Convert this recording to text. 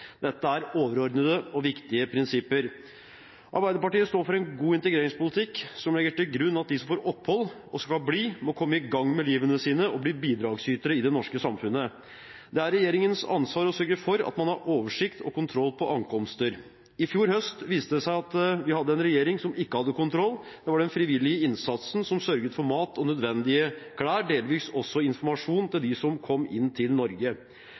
Dette er overordnede og viktige prinsipper. Arbeiderpartiet står for en god integreringspolitikk, som legger til grunn at de som får opphold og skal bli, må komme i gang med livet sitt og bli bidragsytere i det norske samfunnet. Det er regjeringens ansvar å sørge for at man har oversikt over og kontroll på ankomster. I fjor høst viste det seg at vi hadde en regjering som ikke hadde kontroll. Det var den frivillige innsatsen som sørget for mat og nødvendige klær, delvis også for informasjon til dem som kom inn til Norge.